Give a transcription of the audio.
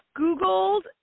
googled